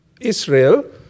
Israel